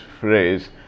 phrase